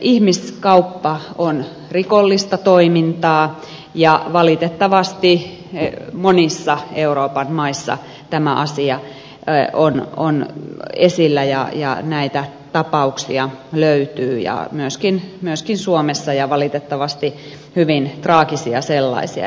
ihmiskauppa on rikollista toimintaa ja valitettavasti monissa euroopan maissa tämä asia on esillä ja näitä tapauksia löytyy myöskin suomessa ja valitettavasti hyvin traagisia sellaisia